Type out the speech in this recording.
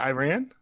Iran